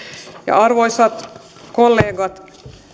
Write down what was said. arvoisat kollegat